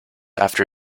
after